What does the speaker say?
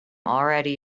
already